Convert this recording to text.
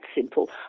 simple